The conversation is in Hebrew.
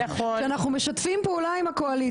כשאנחנו משתפים פעולה עם הקואליציה.